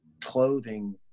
clothing